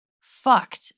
fucked